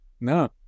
no